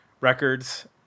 records